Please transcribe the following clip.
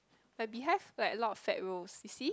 my beehive like a lot of fat rolls you see